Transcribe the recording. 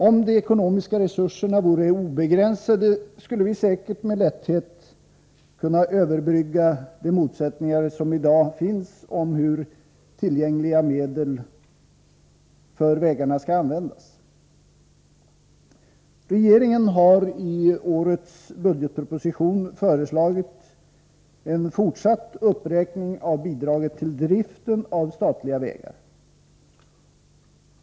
Om de ekonomiska resurserna vore obegränsade skulle vi säkert med lätthet kunna överbrygga de motsättningar som i dag finns om hur för vägarna tillgängliga medel skall användas. Regeringen har i årets budgetproposition föreslagit en fortsatt uppräkning av bidraget till driften av statliga vägar.